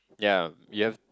ya you have